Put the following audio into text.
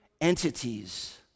entities